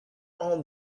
all